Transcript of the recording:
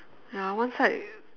ya one side